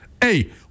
Hey